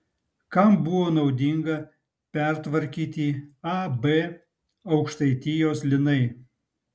kam buvo naudinga pertvarkyti ab aukštaitijos linai